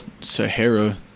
Sahara